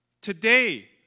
Today